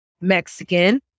Mexican